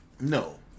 No